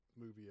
movie